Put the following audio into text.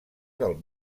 del